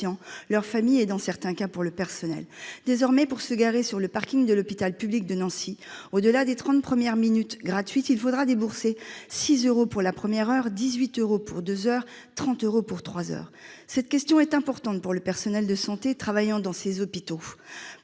leurs familles et, dans certains cas, leur personnel. Désormais, pour se garer sur le parking de l'hôpital public de Nancy, au-delà des trente premières minutes gratuites, il faut débourser 6 euros pour une heure, 18 euros pour deux heures et 30 euros pour trois heures ! C'est une question importante pour le personnel de santé qui travaille dans ces hôpitaux,